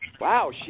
wow